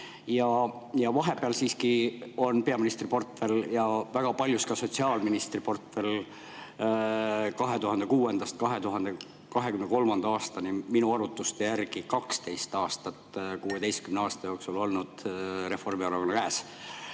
Vahepeal siiski on peaministri portfell ja väga paljus ka sotsiaalministri portfell 2006.–2023. aastani, minu arvutuste järgi 12 aastat 16 aasta jooksul olnud Reformierakonna käes.